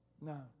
No